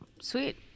Sweet